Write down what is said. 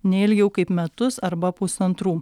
neilgiau kaip metus arba pusantrų